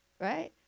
right